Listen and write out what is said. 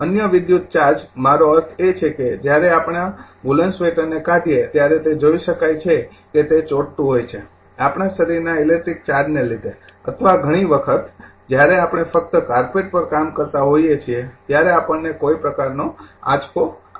અન્ય electrical charge મારો અર્થ એ છે કે જ્યારે આપણા વુલન સ્વેટરને કાઢીયે ત્યારે તે જોઈ શકાય છે કે તે ચોંટતું હોય છે આપણા શરીરના ઇલેક્ટ્રિક ચાર્જને લીધે અથવા ઘણી વખત જ્યારે આપણે ફક્ત કાર્પેટ પર કામ કરતા હોઈએ છીએ ત્યારે આપણને કોઈ પ્રકારનો આંચકો આવે છે